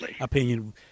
opinion